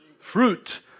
Fruit